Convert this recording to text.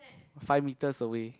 five meters away